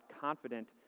confident